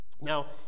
now